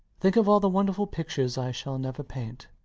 think of all the wonderful pictures i shall never paint.